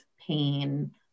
pain